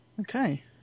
Okay